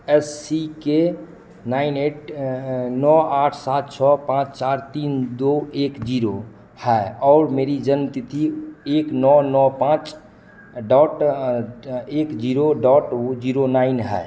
S C के nine eight नौ आठ सात छः पाँच चार तीन दो एक जीरो है और मेरी जन्म तिथि एक नौ नौ पाँच डॉट एक जीरो डॉट जीरो नाइन है